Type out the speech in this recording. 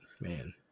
man